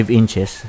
inches